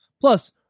Plus